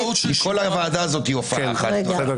כל הוועדה הזאת היא הופעה אחת גדולה.